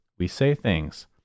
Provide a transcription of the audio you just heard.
WESAYTHINGS